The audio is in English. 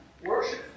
worship